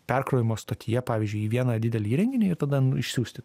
perkrovimo stotyje pavyzdžiui į vieną didelį įrenginį ir tada išsiųsti